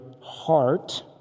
heart